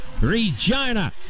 Regina